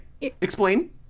Explain